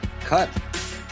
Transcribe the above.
Cut